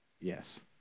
Yes